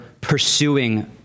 pursuing